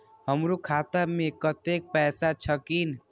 हमरो खाता में कतेक पैसा छकीन?